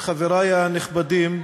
חברי הנכבדים,